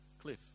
cliff